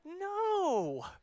no